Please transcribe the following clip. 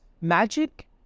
magic